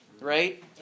right